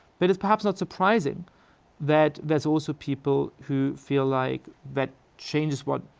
but it's perhaps not surprising that there's also people who feel like that change is what,